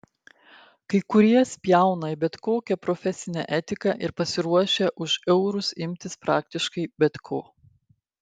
kai kurie spjauna į bet kokią profesinę etiką ir pasiruošę už eurus imtis praktiškai bet ko